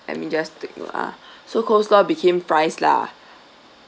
let me just take note uh so coleslaw became fries lah